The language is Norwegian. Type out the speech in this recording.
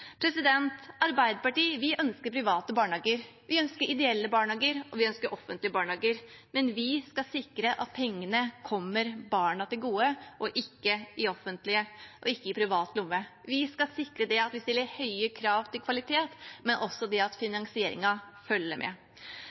Vi i Arbeiderpartiet ønsker private barnehager, vi ønsker ideelle barnehager og vi ønsker offentlige barnehager, men vi skal sikre at pengene kommer barna til gode og ikke i privat lomme. Vi skal sikre at vi stiller høye krav til kvalitet, og også at finansieringen følger med.